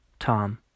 Tom